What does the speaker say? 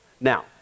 Now